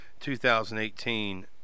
2018